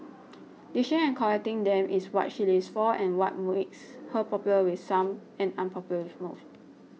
dishing and collecting them is what she lives for and what makes her popular with some and unpopular with most